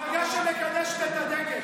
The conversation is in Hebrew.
מהמפלגה שמקדשת את הדגל,